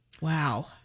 Wow